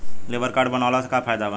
Labour card बनवाला से का फायदा बा?